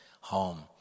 home